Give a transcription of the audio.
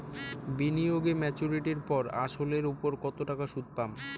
বিনিয়োগ এ মেচুরিটির পর আসল এর উপর কতো টাকা সুদ পাম?